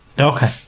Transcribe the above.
Okay